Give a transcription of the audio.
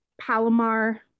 Palomar